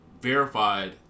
verified